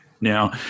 Now